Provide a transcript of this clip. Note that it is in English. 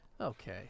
Okay